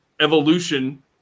evolution